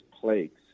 plagues